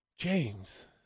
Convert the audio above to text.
James